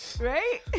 right